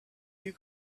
you